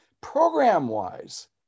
program-wise